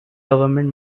government